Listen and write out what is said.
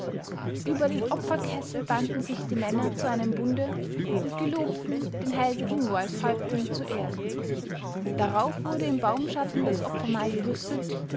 über den opferkessel banden sich die männer zu einem bunde und gelobten den helden ingo als häuptling zu ehren darauf wurde im baumschatten das opfermahl gerüstet